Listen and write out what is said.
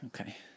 Okay